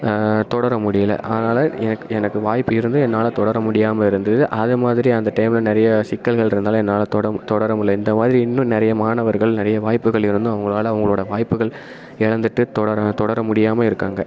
தொடர முடியல அதனால் எனக்கு எனக்கு வாய்ப்பு இருந்தும் என்னால் தொடர முடியாமல் இருந்தது அது மாதிரி அந்த டைமில் நிறையா சிக்கல்கள் இருந்தனால் என்னால் தொட தொடர முடியல இந்த மாதிரி இன்னும் நிறைய மாணவர்கள் நிறைய வாய்ப்புகள் இருந்தும் அவங்களால அவங்களோட வாய்ப்புகள் இழந்துட்டு தொடர தொடர முடியாமல் இருக்காங்க